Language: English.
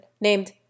named